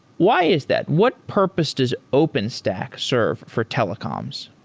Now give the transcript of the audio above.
why is that? what purpose does openstack serve for telecoms?